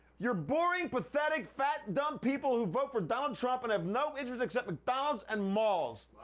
you're boring, pathetic, fat, dumb people who vote for donald trump and have no interests except mcdonald's and malls.